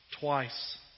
twice